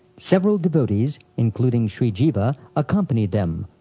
several devotees, including shri jiva, accompanied them,